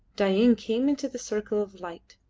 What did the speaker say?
dain came into the circle of light,